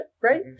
right